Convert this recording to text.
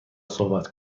صحبت